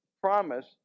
promise